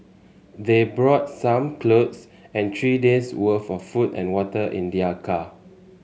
they brought some clothes and three days'worth of food and water in their car